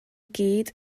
gyd